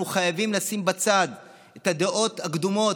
אנחנו חייבים לשים בצד את הדעות הקדומות,